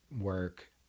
work